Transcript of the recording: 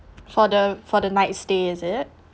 for the for the night stay is it